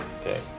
Okay